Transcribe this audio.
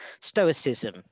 stoicism